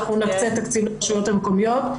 נקצה תקציב לרשויות מקומיות,